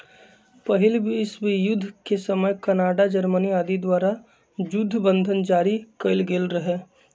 पहिल विश्वजुद्ध के समय कनाडा, जर्मनी आदि द्वारा जुद्ध बन्धन जारि कएल गेल रहै